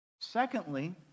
Secondly